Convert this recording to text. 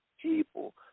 people